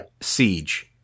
Siege